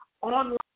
online